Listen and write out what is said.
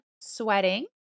sweating